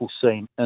scene